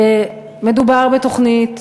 מדובר בתוכנית